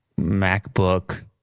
MacBook